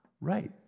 Right